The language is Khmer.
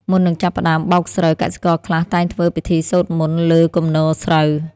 មុននឹងចាប់ផ្តើមបោកស្រូវ កសិករខ្លះតែងធ្វើពិធីសូត្រមន្តលើគំនរស្រូវ។